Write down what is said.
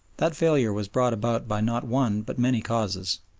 that failure was brought about by not one but many causes.